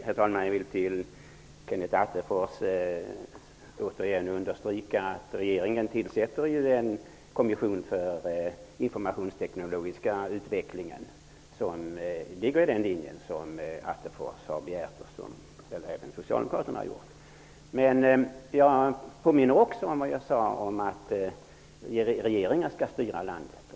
Herr talman! Jag vill åter understryka att regeringen tillsätter en kommission för informationsteknologisk utveckling. Det är i linje med vad Kenneth Attefors och även socialdemokraterna har begärt. Men jag påminner också om vad jag sade, att regeringen skall styra landet.